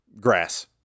grass